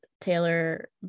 Taylor